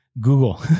Google